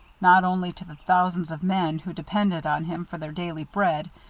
not only to the thousands of men who depended on him for their daily bread,